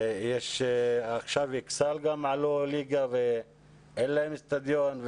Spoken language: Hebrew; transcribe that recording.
עכשיו גם איכסל עלו ליגה ואין להם אצטדיון.